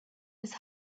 his